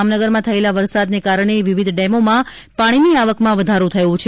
જામનગરમાં થયેલા વરસાદને કારણે વિવિધ ડેમોમાં પાણીની આવકમાં વધારો થયો છે